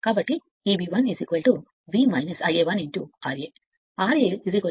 కాబట్టి Eb 1 V Ia 1 ra 0